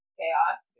Chaos